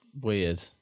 weird